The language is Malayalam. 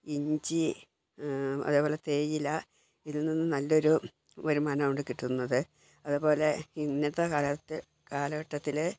ഇഞ്ചി അതേ പോലെ തേയില ഇതിൽ നിന്ന് നല്ലൊരു വരുമാനമാണ് കിട്ടുന്നത് അതുപോലെ ഇന്നത്തെ കാലത്ത് കാലഘട്ടത്തിലെ